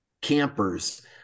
campers